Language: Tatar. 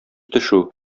төшү